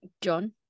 John